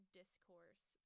discourse